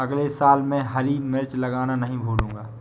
अगले साल मैं हरी मिर्च लगाना नही भूलूंगा